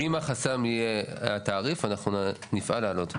אם החסם יהיה התעריף, אנחנו נפעל לעלות אותו.